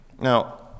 Now